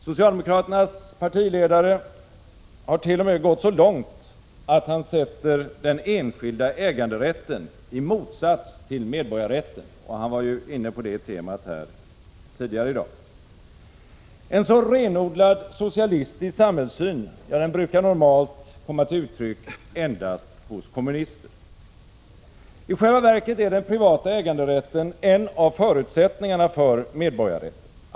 Socialdemokraternas partiledare har t.o.m. gått så långt att han sätter den enskilda äganderätten i motsats till medborgarrätten, och han var inne på det temat här tidigare i dag. En så renodlad socialistisk samhällssyn brukar normalt komma till uttryck endast hos kommunister. I själva verket är den privata äganderätten en av förutsättningarna för medborgarrätten.